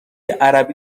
عربی